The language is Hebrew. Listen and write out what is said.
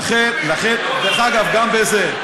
דרך אגב, גם בזה.